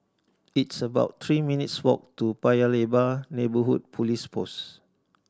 it's about three minutes' walk to Paya Lebar Neighbourhood Police Post